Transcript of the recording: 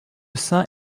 saint